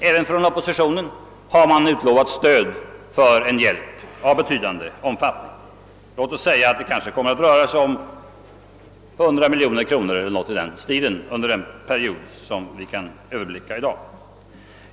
Även från oppositionen har stöd för en omfattande hjälp utlovats. Låt oss säga att det kommer att röra sig om cirka 100 miljoner kronor.